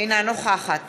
אינה נוכחת